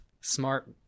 smart